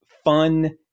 fun